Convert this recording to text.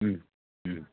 ഉം ഉം